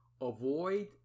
Avoid